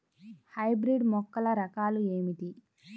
Hybrid మొక్కల రకాలు ఏమిటీ?